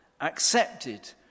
accepted